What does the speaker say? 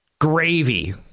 Gravy